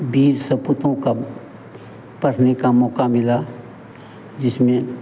वीर सपूतों का पढ़ने का मौक़ा मिला जिसमें